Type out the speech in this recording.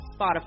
spotify